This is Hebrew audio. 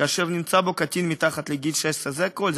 כאשר נמצא בו קטין מתחת לגיל 16. זה הכול,